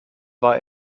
war